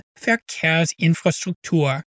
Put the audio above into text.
Verkehrsinfrastruktur